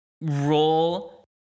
Roll